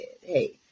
Hey